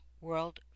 world